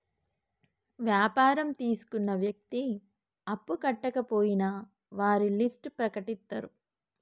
వ్యాపారం తీసుకున్న వ్యక్తి అప్పు కట్టకపోయినా వారి లిస్ట్ ప్రకటిత్తరు